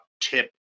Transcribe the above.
tip